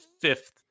fifth